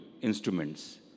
instruments